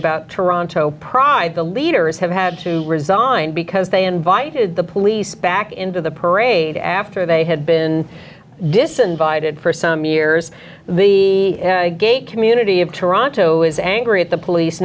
about toronto pride the leaders have had to resign because they invited the police back into the parade after they had been disinvited for some years the gay community of toronto is angry at the police